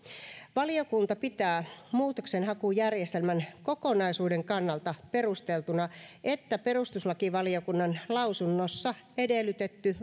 valiokunta pitää muutoksenhakujärjestelmän kokonaisuuden kannalta perusteltuna että perustuslakivaliokunnan lausunnossa edellytetty